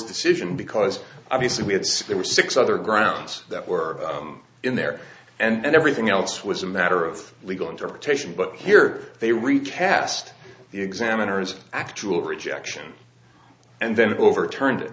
decision because obviously it's there were six other grounds that were in there and everything else was a matter of legal interpretation but here they recast the examiners actual rejection and then overturned it